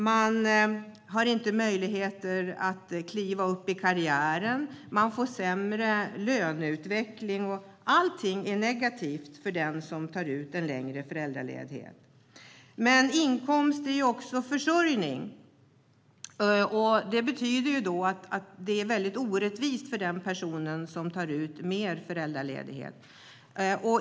Man har inte möjlighet att kliva uppåt i karriären, och man får sämre löneutveckling. Allting är negativt för den som tar ut en längre föräldraledighet. Men inkomst är också försörjning. Det betyder att det är orättvist för den som tar ut mer föräldraledighet.